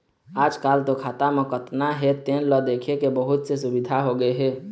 आजकाल तो खाता म कतना हे तेन ल देखे के बहुत से सुबिधा होगे हे